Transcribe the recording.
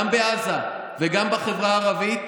גם בעזה וגם בחברה הערבית,